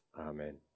Amen